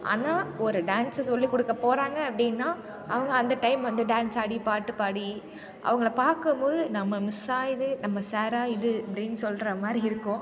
ஆனால் ஒரு டான்ஸ் சொல்லிக் கொடுக்கப் போறாங்க அப்படின்னா அவங்க அந்த டைம் வந்து டான்ஸ் ஆடி பாட்டு பாடி அவங்கள பார்க்கும்போது நம்ம மிஸ்ஸா இது நம்ம சாரா இது அப்படின்னு சொல்கிற மாதிரி இருக்கும்